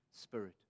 spirit